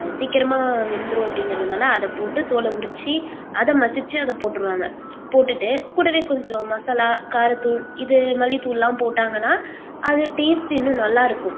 அது சீக்கரமாக வெந்துவிடும் அப்படிங்குறதுனால அதை போட்டு தோலை உரித்து அதை மசித்து அதை போட்டிருவாங்க போட்டுட்டு கூடவே கொஞ்சம் மசாலா காரத்தூள் இது மல்லித்தூள்லாம் போட்டாங்கனால் அது டேஸ்ட் இன்னும் நல்லாயிருக்கும்